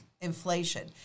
inflation